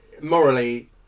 morally